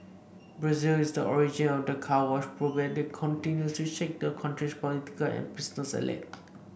Brazil is the origin of the Car Wash probe that continue to shake that country's political and business elite